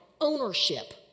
ownership